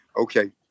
Okay